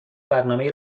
برنامهای